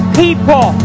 people